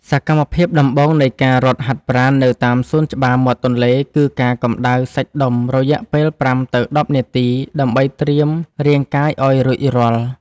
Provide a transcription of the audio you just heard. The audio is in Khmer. សកម្មភាពដំបូងនៃការរត់ហាត់ប្រាណនៅតាមសួនច្បារមាត់ទន្លេ គឺការកម្តៅសាច់ដុំ រយៈពេល ៥ ទៅ ១០ នាទី ដើម្បីត្រៀមរាងកាយឱ្យរួចរាល់។